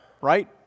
right